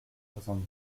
soixante